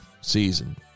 season